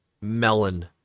melon